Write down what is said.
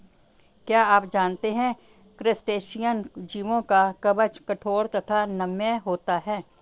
क्या आप जानते है क्रस्टेशियन जीवों का कवच कठोर तथा नम्य होता है?